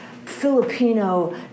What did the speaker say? Filipino